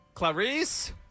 Clarice